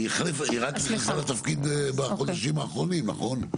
היא רק נכנסה לתפקיד בחודשים האחרונים, נכון?